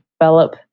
develop